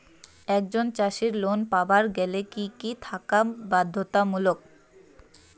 একজন চাষীর লোন পাবার গেলে কি কি থাকা বাধ্যতামূলক?